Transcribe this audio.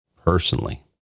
personally